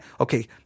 okay